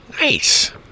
Nice